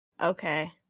Okay